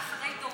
זה אחרי דורית,